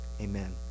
amen